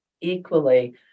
equally